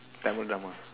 Tamil drama